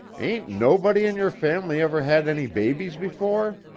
ain't nobody in your family ever had any babies before?